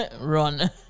run